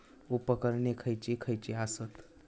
उपकरणे खैयची खैयची आसत?